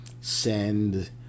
send